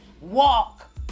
walk